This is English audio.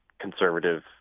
conservative